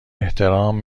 احترام